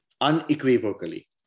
Unequivocally